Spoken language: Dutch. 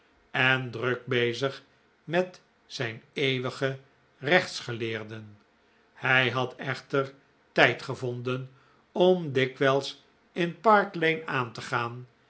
en druk bezig met zijn eeuwige rechtsgeleerden hij had echter tijd gevonden om dikwijls in park lane aan te gaan